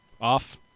Off